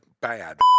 bad